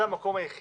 זה המקום היחיד